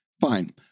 Fine